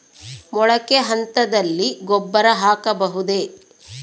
ಮೊಳಕೆ ಹಂತದಲ್ಲಿ ಗೊಬ್ಬರ ಹಾಕಬಹುದೇ?